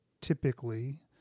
typically